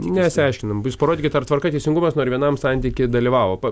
nesiaiškinam jūs parodykit ar tvarka ir teisingumas nu ar vienam santyky dalyvavo pa